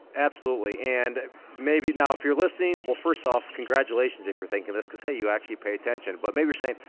absolutely. and maybe now if you're listening, well, first off, congratulations if you're thinking this, cause hey, you actually pay attention. but maybe you're saying,